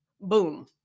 Boom